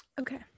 Okay